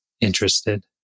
interested